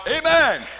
Amen